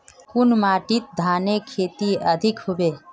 कुन माटित धानेर खेती अधिक होचे?